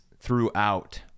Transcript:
throughout